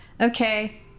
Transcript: Okay